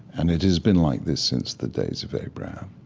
and it has been like this since the days of abraham.